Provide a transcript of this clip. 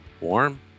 Warm